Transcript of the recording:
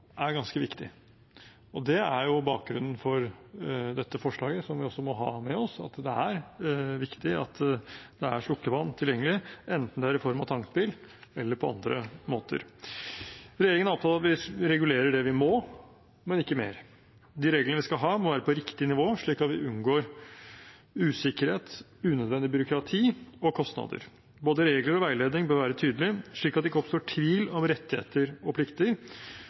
er ganske viktig. Bakgrunnen for dette forslaget, som vi også må ha med oss, er at det er viktig at det er slukkevann tilgjengelig, enten det er i form av tankbil eller på andre måter. Regjeringen regulerer det vi må, men ikke mer. De reglene vi skal ha, må være på riktig nivå, slik at vi unngår usikkerhet og unødvendig bruk av tid og kostnader. Både regler og veiledning bør være tydelig, slik at det ikke oppstår tvil om rettigheter og plikter.